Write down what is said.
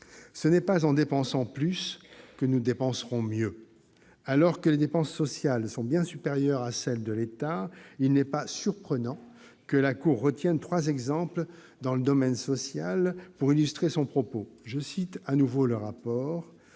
Ce n'est pas en dépensant plus que nous dépenserons mieux. Alors que les dépenses sociales sont bien supérieures à celles de l'État, il n'est pas surprenant que la Cour retienne trois exemples dans le domaine social pour illustrer son propos. Selon elle, « le niveau